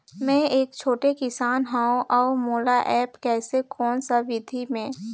मै एक छोटे किसान हव अउ मोला एप्प कइसे कोन सा विधी मे?